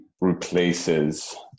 replaces